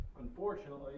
unfortunately